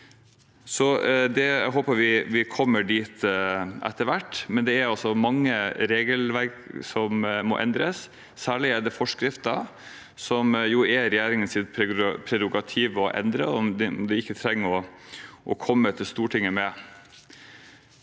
Jeg håper vi kommer dit etter hvert, men det er mange regelverk som må endres. Særlig gjelder det forskrifter, som det jo er regjeringens prerogativ å endre, og som man ikke trenger å komme til Stortinget med.